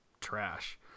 trash